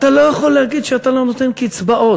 אתה לא יכול להגיד שאתה לא נותן קצבאות.